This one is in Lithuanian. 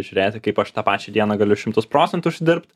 žiūrėti kaip aš tą pačią dieną galiu šimtus procentų užsidirbt